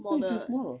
没有讲什么